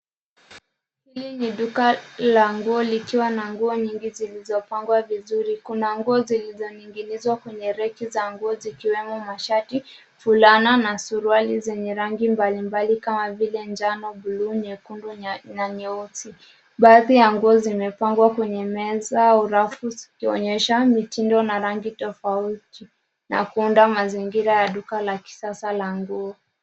Hili ni duka la nguo likiwa na nguo nyingi zilizopangwa vizuri. Kuna nguo zilizoning'inizwa kwenye reki za nguo zikiwemo mashati, fulana na suruali zenye rangi mbalimbali kama vile njano , buluu, nyekundu na nyeusi. Baadhi ya nguo zimepangwa kwenye meza au rafu zikionyesha mitindo na rangi tofauti na kuunda mazingira ya duka la kisasa la nguo.